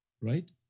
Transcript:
Right